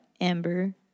Amber